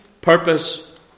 purpose